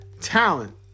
Talent